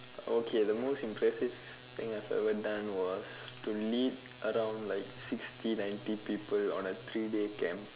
okay the most impressive thing I have ever done was to lead around like sixty ninety people on a three day camp